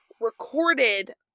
recorded